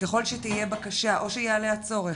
ככל שתהיה בקשה או שיעלה הצורך,